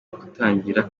gutangira